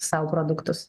savo produktus